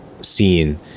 scene